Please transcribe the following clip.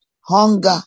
hunger